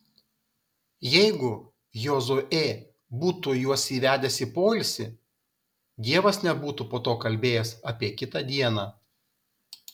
jeigu jozuė būtų juos įvedęs į poilsį dievas nebūtų po to kalbėjęs apie kitą dieną